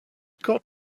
got